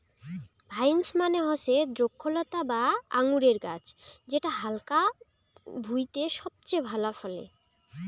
vines মানে হসে দ্রক্ষলতা বা আঙুরের গাছ যেটা হালকা ভুঁইতে সবচেয়ে ভালা ফলে